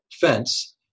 fence